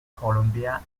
columbia